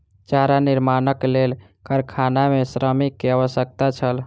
चारा निर्माणक लेल कारखाना मे श्रमिक के आवश्यकता छल